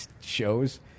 shows